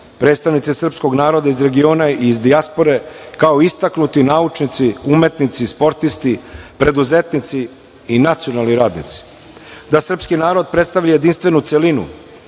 predstavnici srpskog naroda iz regiona i iz dijaspore, kao i istaknuti naučnici, umetnici, sportisti, preduzetnici i nacionalni radnici;- da srpski narod predstavlja jedinstvenu celinu;-